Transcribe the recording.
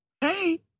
Hey